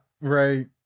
right